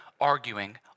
arguing